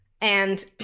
And-